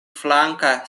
flanka